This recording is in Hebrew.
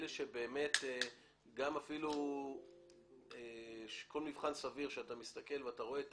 אלה שבאמת גם אפילו כל מבחן סביר שאתה מסתכל ואתה רואה את